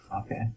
Okay